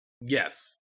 Yes